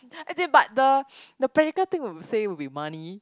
as in but the the practical thing will be say it will money